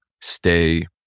stay